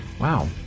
wow